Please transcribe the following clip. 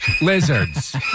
lizards